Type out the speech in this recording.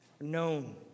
known